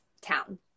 town